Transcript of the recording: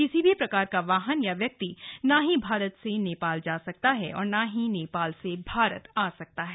किसी भी प्रकार का वाहन या व्यक्ति ना ही भारत से नेपाल जा सकता है और ना ही नेपाल से भारत आ सकता है